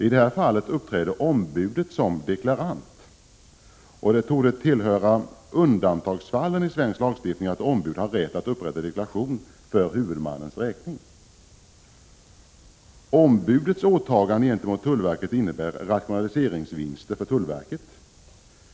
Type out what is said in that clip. I det här fallet uppträder ombudet som deklarant. Det torde tillhöra undantagsfallen i svensk lagstiftning att ombud har rätt att upprätta deklaration för huvudmannens räkning. Ombudets åtaganden gentemot tullverket innebär rationaliseringsvinster för tullverket.